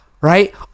right